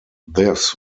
this